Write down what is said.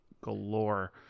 Galore